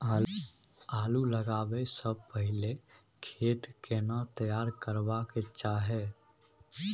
आलू लगाबै स पहिले खेत केना तैयार करबा के चाहय?